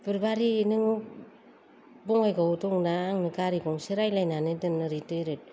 बुरबारि नों बङाइगावआव दंना आङो गारि गंसे रायज्लायनानै दोन ओरै दोरोद